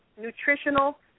nutritional